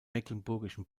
mecklenburgischen